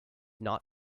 not